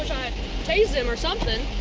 tased him or something.